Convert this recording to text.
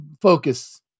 focus